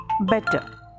better